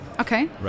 Okay